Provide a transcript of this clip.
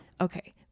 Okay